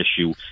issue